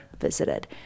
visited